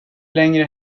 längre